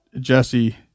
Jesse